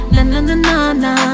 Na-na-na-na-na